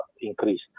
increase